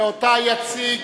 ואותה יציג